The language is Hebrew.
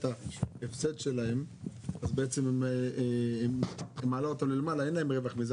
ההפסד שלהם אז בעצם אין להם רווח מזה,